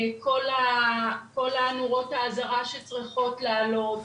כל נורות האזהרה שצריכות לעלות,